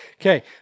Okay